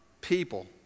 people